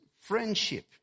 friendship